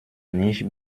nicht